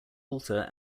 altar